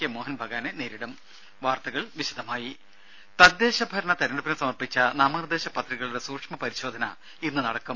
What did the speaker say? K മോഹൻബഗാനെ നേരിടും വാർത്തകൾ വിശദമായി തദ്ദേശഭരണ തിരഞ്ഞെടുപ്പിന് സമർപ്പിച്ച നാമനിർദ്ദേശ പത്രികകളുടെ സൂക്ഷ്മപരിശോധന ഇന്ന് നടക്കും